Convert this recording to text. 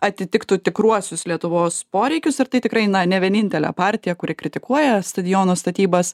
atitiktų tikruosius lietuvos poreikius ir tai tikrai ne vienintelė partija kuri kritikuoja stadiono statybas